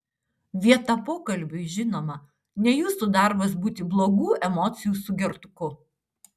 vietą pokalbiui žinoma ne jūsų darbas būti blogų emocijų sugertuku